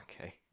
Okay